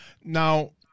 Now –